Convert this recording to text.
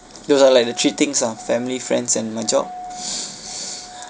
those are like the three things ah family friends and my job